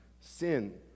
sin